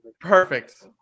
Perfect